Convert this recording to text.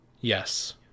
Yes